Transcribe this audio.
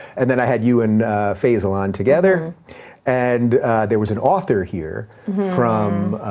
and then i had you and faisal on together and there was an author here from